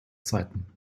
zeiten